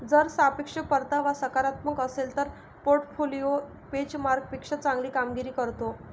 जर सापेक्ष परतावा सकारात्मक असेल तर पोर्टफोलिओ बेंचमार्कपेक्षा चांगली कामगिरी करतो